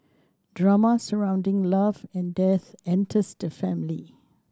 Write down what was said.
drama surrounding love and death enters the family